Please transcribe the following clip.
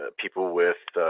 ah people with